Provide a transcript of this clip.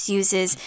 uses